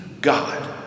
God